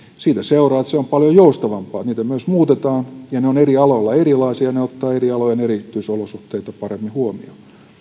siitä seuraa että se on paljon joustavampaa niitä myös muutetaan ja ne ovat eri aloilla erilaisia ja ottavat eri alojen erityisolosuhteita paremmin huomioon